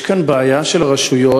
יש כאן בעיה של רשויות,